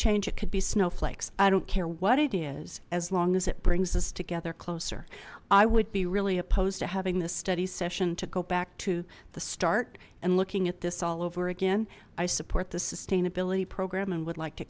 change it could be snowflakes i don't care what it is as long as it brings us together closer i would be really opposed to having this study session to go back to the start and looking at this all over again i support the sustainability program and would like to